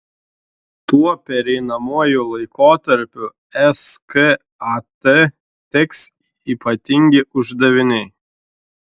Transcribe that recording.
tuo pereinamuoju laikotarpiu skat teks ypatingi uždaviniai